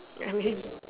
I mean